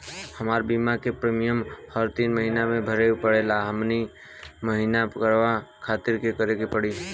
हमार बीमा के प्रीमियम हर तीन महिना में भरे के पड़ेला महीने महीने करवाए खातिर का करे के पड़ी?